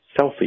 Selfie